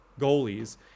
goalies